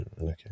Okay